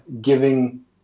giving